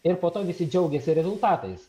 ir po to visi džiaugiasi rezultatais